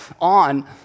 on